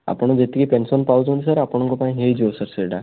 ଆପଣ ଯେତିକି ପେନସନ ପାଉଛନ୍ତି ସାର୍ ଆପଣଙ୍କ ପାଇଁ ହେଇଯିବ ସାର୍ ସେଇଟା